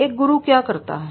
एक गुरु क्या करता है